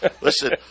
Listen